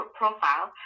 profile